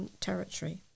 territory